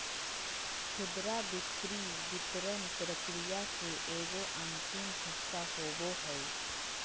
खुदरा बिक्री वितरण प्रक्रिया के एगो अंतिम हिस्सा होबो हइ